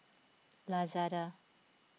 Lazada